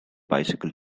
bicycle